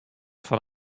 fan